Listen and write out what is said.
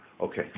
Okay